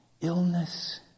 illness